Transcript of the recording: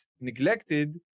neglected